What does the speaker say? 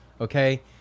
okay